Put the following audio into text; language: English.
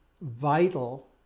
vital